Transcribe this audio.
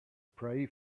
pray